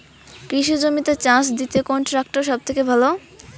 কৃষি জমিতে চাষ দিতে কোন ট্রাক্টর সবথেকে ভালো?